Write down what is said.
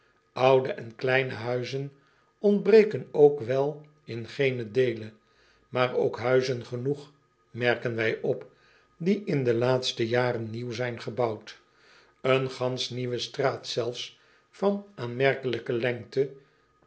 ude en kleine huizen ontbreken ook wel in geenen deele maar ook huizen genoeg merken wij op die in de laatste jaren nieuw zijn gebouwd en gansch nieuwe straat zelfs van aanmerkelijke lengte